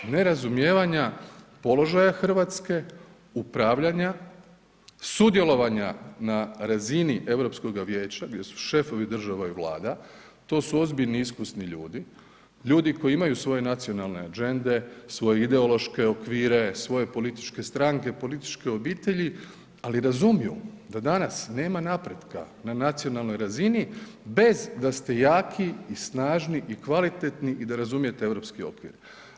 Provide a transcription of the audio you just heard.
Nerazumijevanja položaja Hrvatske, upravljanja, sudjelovanja na razini Europskoga vijeća gdje su šefovi država i vlada, to su ozbiljni i iskusni ljudi, ljudi koji imaju svoje nacionalne agende, svoje ideološke okvire, svoje političke stranke, političke obitelji, ali razumiju da danas nema napretka na nacionalnoj razini bez da ste jaki i snažni i kvalitetni i da razumijete europski okvir.